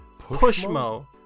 Pushmo